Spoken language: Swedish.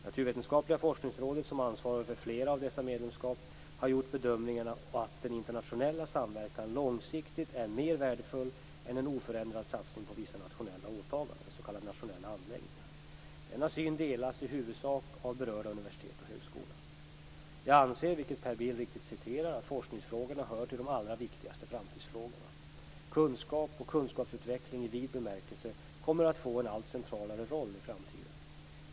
Naturvetenskapliga forskningsrådet, som ansvarar för flera av dessa medlemskap, har gjort bedömningen att den internationella samverkan långsiktigt är mer värdefull än en oförändrad satsning på vissa nationella åtaganden, s.k. nationella anläggningar. Denna syn delas i huvudsak av berörda universitet och högskolor. Jag anser, vilket Per Bill riktigt citerar, att forskningsfrågorna hör till de allra viktigaste framtidsfrågorna. Kunskap och kunskapsutveckling i vid bemärkelse kommer att få en allt centralare roll i framtiden.